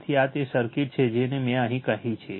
તેથી આ તે સર્કિટ છે જે મેં કહી છે